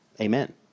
Amen